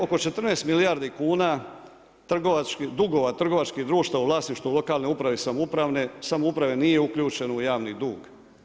Oko 14 milijardi kuna dugova trgovačkih društava u vlasništvu lokalne uprave i samouprave nije uključeno u javni dug.